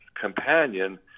companion